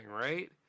right